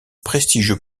prestigieux